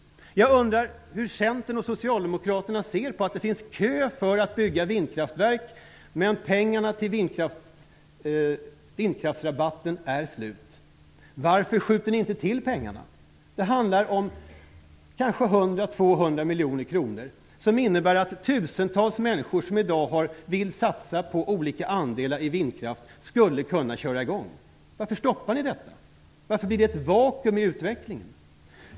Jag undrar hur Centern och Socialdemokraterna ser på att det finns en kö vad gäller byggande av vindkraftverk men att pengarna till vindkraftsrabatten är slut. Varför skjuter ni inte till pengarna? Kanske innebär 100 eller 200 miljoner kronor att tusentals människor som i dag vill satsa på olika andelar i vindkraft skulle kunna köra i gång. Varför stoppar ni detta? Varför blir det ett vakuum i utvecklingen?